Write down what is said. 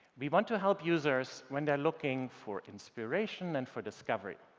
we want to help users when they're looking for inspiration and for discovery.